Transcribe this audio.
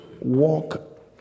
Walk